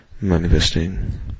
manifesting